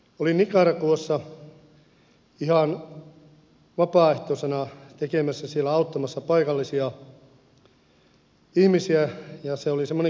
olin nicaraguassa ihan vapaaehtoisena auttamassa paikallisia ihmisiä ja se oli semmoinen kehitysapuprojekti